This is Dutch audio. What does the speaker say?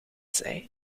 zei